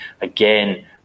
Again